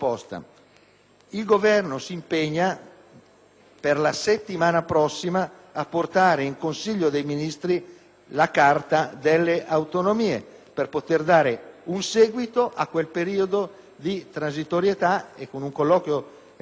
per la settimana prossima a portare in Consiglio dei ministri la Carta delle autonomie locali per poter dare un seguito a quel periodo di transitorietà; in un incontro avuto con il sottosegretario Davico ed il ministro Maroni